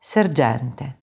Sergente